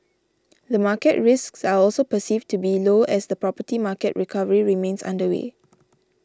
the market risks are also perceived to be low as the property market recovery remains underway